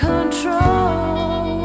Control